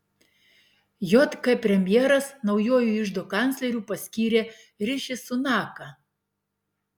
jk premjeras naujuoju iždo kancleriu paskyrė riši sunaką